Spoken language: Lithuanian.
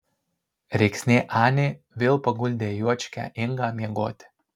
rėksnė anė vėl paguldė juočkę ingą miegoti